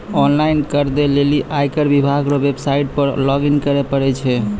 online कर रो दै लेली आयकर विभाग रो वेवसाईट पर लॉगइन करै परै छै